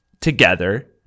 together